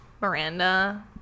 Miranda